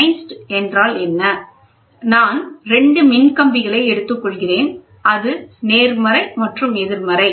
நான் 2 மின் கம்பிகளை எடுத்துக் கொள்கிறேன் அது நேர்மறை மற்றும் எதிர்மறை